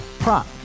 Prop